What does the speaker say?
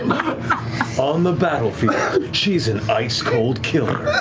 on the battlefield, she's an ice-cold killer.